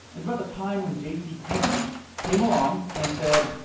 it's about the time when jcpenney came along and said,